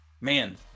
Man